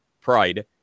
pride